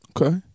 Okay